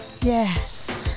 yes